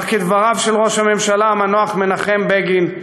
אך כדבריו של ראש הממשלה המנוח מנחם בגין,